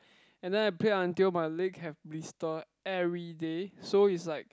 and then I play until my leg have blister everyday so is like